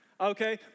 okay